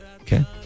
Okay